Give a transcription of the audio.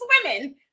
swimming